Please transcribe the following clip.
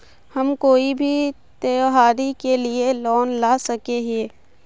हम कोई भी त्योहारी के लिए लोन ला सके हिये?